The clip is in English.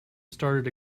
started